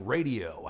Radio